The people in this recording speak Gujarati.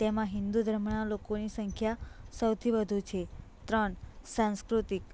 તેમાં હિન્દુ ધર્મના લોકોની સંખ્યા સૌથી વધુ છે ત્રણ સાંસ્કૃતિક